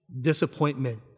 disappointment